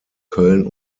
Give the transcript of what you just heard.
köln